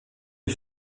est